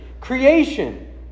creation